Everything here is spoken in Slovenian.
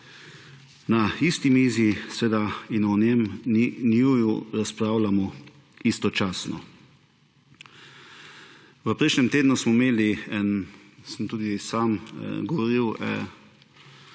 na isti mizi in da o njiju razpravljamo istočasno. V prejšnjem tednu smo imeli, sem tudi sam govoril,